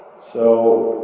so